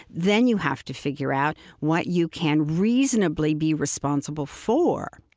then you have to figure out what you can reasonably be responsible for